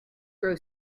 grow